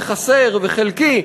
חסר וחלקי,